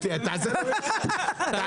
הם מציעים למחוק גם את סעיפים קטנים (ג) ו-(ד),